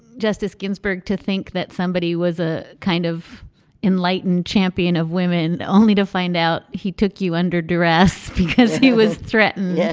justice ginsberg, to think that somebody was a kind of enlightened champion of women only to find out. he took you under duress because he was threatened. yeah